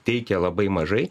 teikia labai mažai